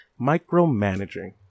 Micromanaging